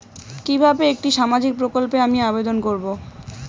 কিভাবে একটি সামাজিক প্রকল্পে আমি আবেদন করব?